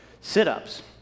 sit-ups